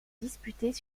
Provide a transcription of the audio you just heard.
disputées